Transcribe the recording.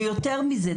ויותר מזה,